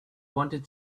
wanted